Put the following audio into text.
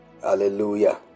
Hallelujah